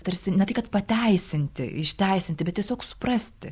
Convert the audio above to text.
tarsi ne tai kad pateisinti išteisinti bet tiesiog suprasti